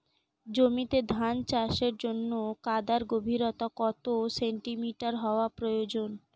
জমিতে ধান চাষের জন্য কাদার গভীরতা কত সেন্টিমিটার হওয়া প্রয়োজন?